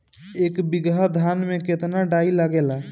एक बीगहा धान में केतना डाई लागेला?